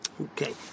Okay